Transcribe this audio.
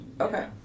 Okay